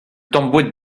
boued